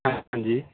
ਹਾਂ ਹਾਂਜੀ